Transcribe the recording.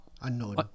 unknown